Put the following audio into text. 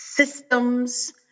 Systems